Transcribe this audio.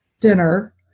dinner